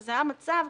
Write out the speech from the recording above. ומשזה המצב,